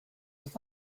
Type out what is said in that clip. was